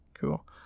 Cool